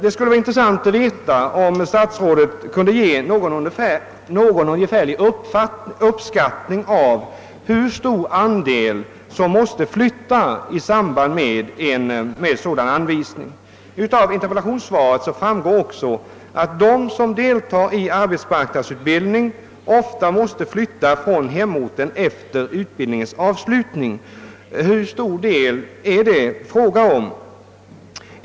Det skulle vara intressant att veta om statsrådet kan göra någon ungefärlig uppskattning av hur stor andel som måste flytta i samband med sådan anvisning. — Av interpellationssvaret framgår också att de som deltar i arbetsmarknadsutbildning ofta måste flytta från hemorten efter utbildningens avslutning. Hur stor del är det fråga om?